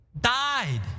Died